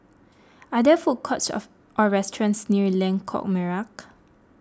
are there food courts of or restaurants near Lengkok Merak